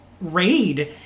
raid